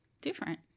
different